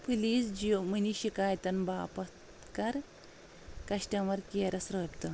please Jio money شِکایتن باپتھ کر کشٹمر کیرس رٲبطہٕ